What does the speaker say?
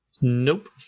Nope